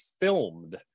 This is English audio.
filmed